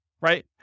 right